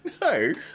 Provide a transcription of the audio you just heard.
No